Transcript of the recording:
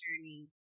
journey